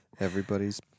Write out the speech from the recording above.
everybody's